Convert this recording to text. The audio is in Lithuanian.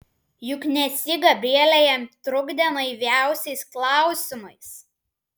juk nesyk gabrielė jam trukdė naiviausiais klausimais